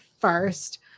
first